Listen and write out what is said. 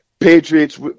Patriots